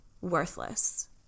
worthless